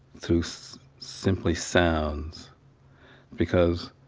through so simply sounds because